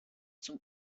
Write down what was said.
zum